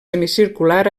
semicircular